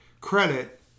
credit